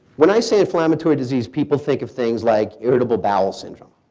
when i say inflammatory disease people think of things like irritable bowel syndrome.